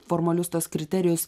formalius tuos kriterijus